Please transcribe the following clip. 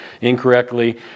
incorrectly